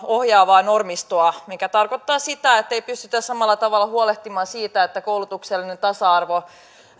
ohjaavaa normistoa mikä tarkoittaa sitä ettei pystytä samalla tavalla huolehtimaan siitä että koulutuksellinen tasa arvo